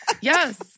yes